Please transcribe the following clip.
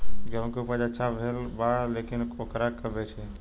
गेहूं के उपज अच्छा भेल बा लेकिन वोकरा के कब बेची?